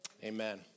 Amen